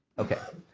okay,